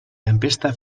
tempesta